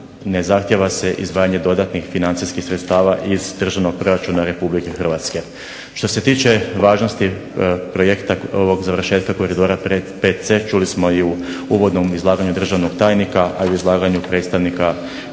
ne zahtijeva se izdvajanje dodatnih financijskih sredstava iz državnog proračuna Republike Hrvatske. Što se tiče važnosti projekta ovog završetka koridora VC čuli smo i u uvodnom izlaganju državnog tajnika, a i u izlaganju predstavnika